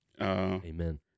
Amen